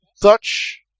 Dutch